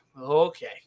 Okay